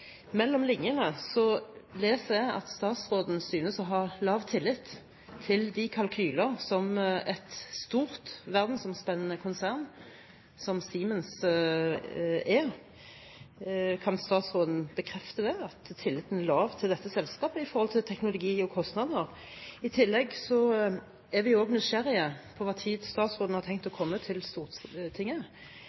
Mellom linjene leser jeg at statsråden synes å ha lav tillit til kalkylene til et stort, verdensomspennende konsern som Siemens er. Kan statsråden bekrefte at tilliten er lav til dette selskapet når det gjelder teknologi og kostnader? I tillegg er vi også nysgjerrige på når statsråden har tenkt å komme til Stortinget